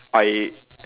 I